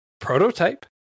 Prototype